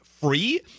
free